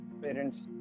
Parents